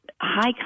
high